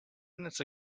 minutes